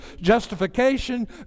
justification